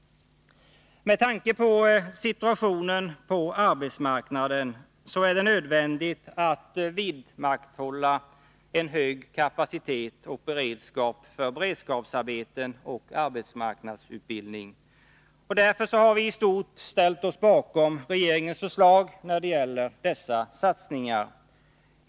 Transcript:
Med tanke på situationen på arbetsmarknaden är det nödvändigt att vidmakthålla en hög kapacitet och beredskap för beredskapsarbeten och arbetsmarknadsutbildning. Dä ör har vi i stort ställt oss bakom regeringens förslag när det gäller dessa satsningar.